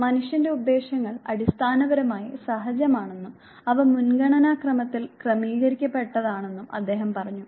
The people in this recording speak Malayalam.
മനുഷ്യന്റെ ഉദ്ദേശ്യങ്ങൾ അടിസ്ഥാനപരമായി സഹജമാണെന്നും അവ മുൻഗണനാക്രമത്തിൽ ക്രമീകരിക്കപ്പെട്ടതാണെന്നും അദ്ദേഹം പറഞ്ഞു